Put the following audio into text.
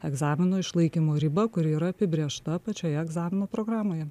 egzamino išlaikymo ribą kuri yra apibrėžta pačioje egzamino programoje